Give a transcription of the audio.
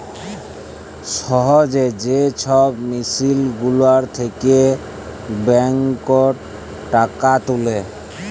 সহজে যে ছব মেসিল গুলার থ্যাকে ব্যাংকটর টাকা তুলে